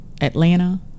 atlanta